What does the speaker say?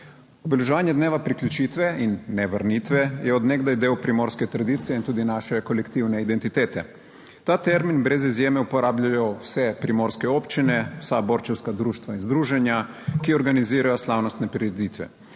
Obeleževanje dneva priključitve in ne vrnitve je od nekdaj del primorske tradicije in tudi naše kolektivne identitete. Ta termin brez izjeme uporabljajo vse primorske občine, vsa borčevska društva in združenja, ki organizirajo slavnostne prireditve.